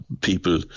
people